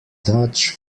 dutch